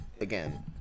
again